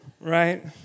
right